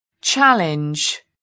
challenge